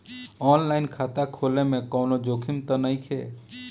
आन line खाता खोले में कौनो जोखिम त नइखे?